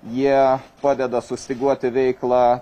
jie padeda sustyguoti veiklą